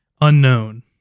Unknown